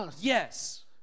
yes